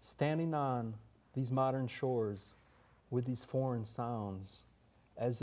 standing on these modern shores with these foreign sounds as